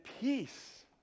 peace